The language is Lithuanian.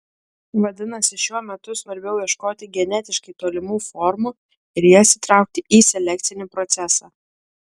vadinasi šiuo metu svarbiau ieškoti genetiškai tolimų formų ir jas įtraukti į selekcinį procesą